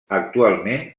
actualment